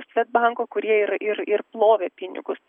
svedbanko kurie ir ir ir plovė pinigus